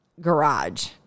garage